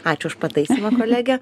ačiū už pataisymą kolege